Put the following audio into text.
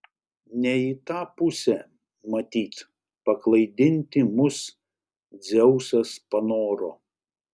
ne į tą pusę matyt paklaidinti mus dzeusas panoro